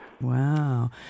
Wow